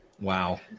Wow